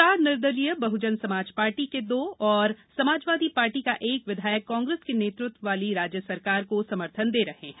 चार निर्दलीय बहुजन समाज पार्टी के दो और समाजवादी पार्टी का एक विधायक कांग्रेस के नेतृत्व वाली राज्य सरकार को समर्थन दे रहे हैं